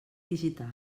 digital